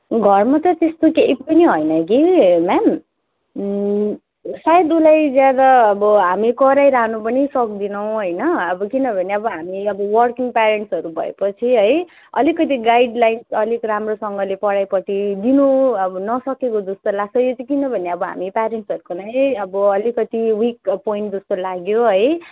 घरमा त त्यस्तो केही पनि होइन कि म्याम सायद उसलाई ज्यादा अब हामी कराइरहनु पनि सक्दैनौँ होइन अब किनभने अब हामी अब वर्किङ प्यारेन्ट्सहरू भएपछि है अलिकति गाइडलाइन्स अलिक राम्रोसँगले पढाइपट्टि दिनु अब नसकेको जस्तो लाग्छ यो चाहिँ किनभने अब हामी प्यारेन्ट्सहरूको नै अब अलिकति विक पोइन्ट जस्तो लाग्यो है